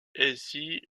ainsi